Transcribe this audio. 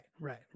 Right